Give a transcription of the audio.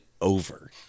over